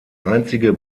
einzige